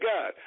God